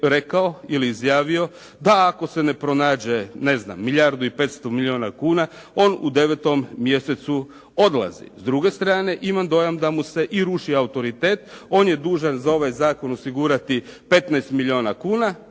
rekao ili izjavio da ako se ne pronađe, ne znam, milijardu i 500 milijuna kuna, on u 9. mjesecu odlazi. S druge strane, imam dojam da mu se i ruši autoritet. On je dužan za ovaj zakon osigurati 15 milijuna kuna,